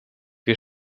wir